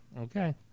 Okay